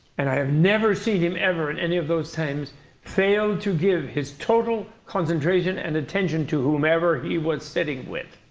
and i have never seen him ever in any of those times fail to give his total concentration and attention to whomever he was sitting with.